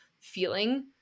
feeling